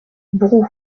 brou